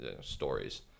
stories